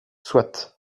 soit